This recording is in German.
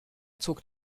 zog